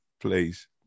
please